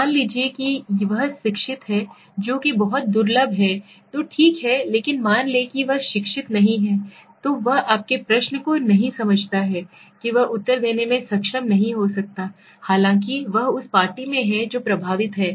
मान लीजिए कि वह शिक्षित है जो कि बहुत दुर्लभ है तो ठीक है लेकिन मान लें कि वह शिक्षित नहीं है तो वह आपके प्रश्न को नहीं समझता है कि वह उत्तर देने में सक्षम नहीं हो सकता है हालांकि वह उस पार्टी में है जो प्रभावित है